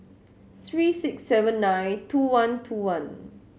three six seven nine two one two one